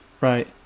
Right